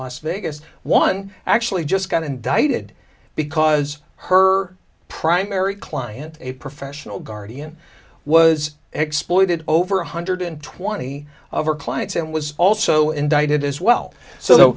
las vegas one actually just got indicted because her primary client a professional guardian was exploited over one hundred twenty of her clients and was also indicted as well so